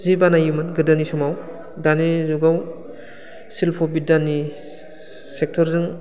सि बानायोमोन गोदोनि समाव दानि जुगाव सिल्फ' बिद्दानि सेक्ट'रजों